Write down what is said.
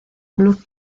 club